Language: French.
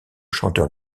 chanteur